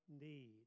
need